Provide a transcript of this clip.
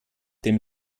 dem